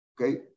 okay